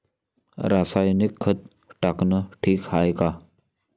रासायनिक खत टाकनं ठीक हाये का?